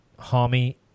Hami